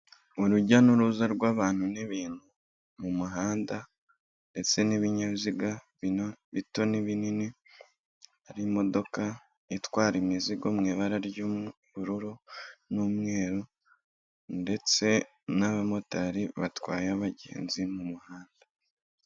Urujya n'uruza rw'abantu n'ibintu mu muhanda ndetse n'ibinyabiziga bito n'ibinini, hari imodoka itwara imizigo mu ibara ry'ubururu n'umweru ndetse n'abamotari batwaye abagenzi mu muhanda.